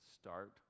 start